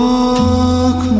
Walk